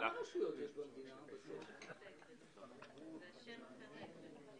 סבורים שאם רוצים להגן על